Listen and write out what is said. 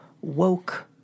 Woke